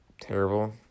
terrible